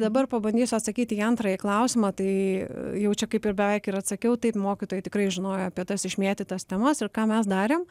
dabar pabandysiu atsakyti į antrąjį klausimą tai jau čia kaip ir beveik ir atsakiau tai mokytojai tikrai žinojo apie tas išmėtytas temas ir ką mes darėm